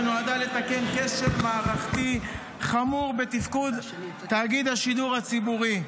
שנועדה לתקן כשל מערכתי חמור בתפקוד תאגיד השידור הציבורי.